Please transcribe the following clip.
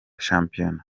shampiyona